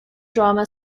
drama